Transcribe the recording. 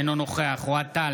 אינו נוכח אוהד טל,